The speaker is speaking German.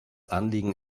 anliegen